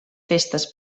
festes